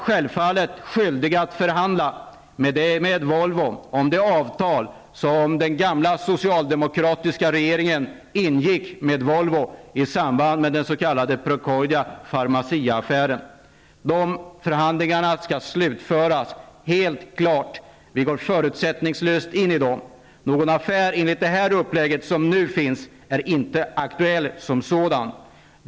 Självfallet är vi skyldiga att förhandla med Volvo om det avtal som den gamla socialdemokratiska regeringen ingick med Volvo i samband med den s.k. Procordia--Pharmacia-affären. De förhandlingarna skall helt klart slutföras. Vi går förutsättningslöst in i dem. Någon affär enligt det upplägg som nu finns är inte aktuell som sådan.